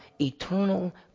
eternal